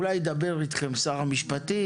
אולי ידבר איתכם שר המשפטים.